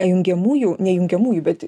jungiamųjų ne jungiamųjų bet